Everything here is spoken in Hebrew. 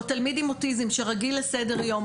או תלמיד עם אוטיזם שרגיל לסדר יום,